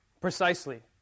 Precisely